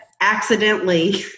accidentally